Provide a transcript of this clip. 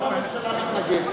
למה הממשלה מתנגדת?